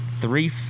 three